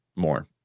more